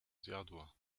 zjadła